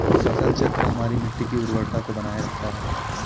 फसल चक्र हमारी मिट्टी की उर्वरता को बनाए रखता है